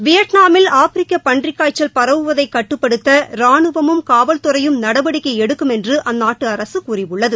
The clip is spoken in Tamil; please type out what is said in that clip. வியட்நாமில் ஆப்ரிக்க பன்றி காய்ச்சல் பரவுவதை கட்டுப்படுத்த அந்நாட்டு ராணுவமும் காவல்துறையும் நடவடிக்கை எடுக்கும் என்று அந்நாட்டு அரசு கூறியுள்ளது